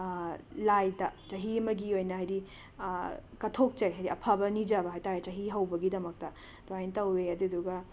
ꯂꯥꯏꯗ ꯆꯍꯤ ꯑꯃꯒꯤ ꯑꯣꯏꯅ ꯍꯥꯏꯗꯤ ꯀꯠꯊꯣꯛꯆꯩ ꯍꯥꯏꯗꯤ ꯑꯐꯕ ꯅꯤꯖꯕ ꯍꯥꯏ ꯇꯥꯔꯦ ꯆꯍꯤ ꯍꯧꯕꯒꯤꯗꯃꯛꯇ ꯑꯗꯨꯃꯥꯏꯅ ꯇꯧꯏ ꯑꯗꯨꯗꯨꯒ